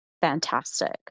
fantastic